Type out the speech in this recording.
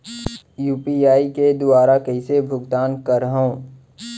UPI के दुवारा कइसे भुगतान करहों?